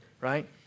right